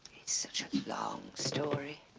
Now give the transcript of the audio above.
it's such a long story